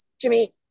Jimmy